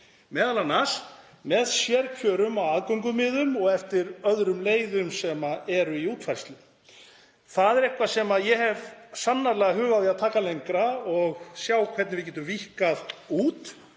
henni, m.a. með sérkjörum á aðgöngumiðum og eftir öðrum leiðum sem eru í útfærslu. Það er eitthvað sem ég hef sannarlega hug á að taka lengra og sjá hvernig við getum víkkað út,